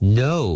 no